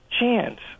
chance